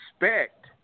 respect